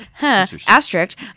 asterisk